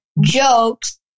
jokes